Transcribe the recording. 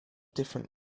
different